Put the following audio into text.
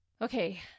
Okay